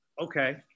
Okay